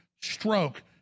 stroke